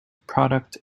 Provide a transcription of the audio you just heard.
product